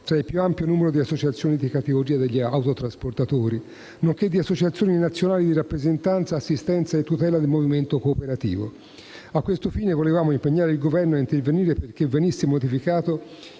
tra il più ampio numero di associazioni di categoria degli autotrasportatori, nonché di associazioni nazionali di rappresentanza, assistenza e tutela del movimento cooperativo. A questo fine volevamo impegnare il Governo a intervenire affinché venisse modificato